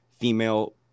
female